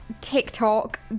TikTok